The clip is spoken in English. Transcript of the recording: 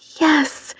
yes